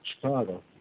Chicago